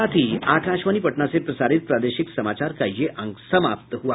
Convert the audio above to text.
इसके साथ ही आकाशवाणी पटना से प्रसारित प्रादेशिक समाचार का ये अंक समाप्त हुआ